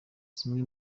zimwe